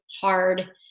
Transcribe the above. hard